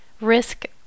risk